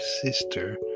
sister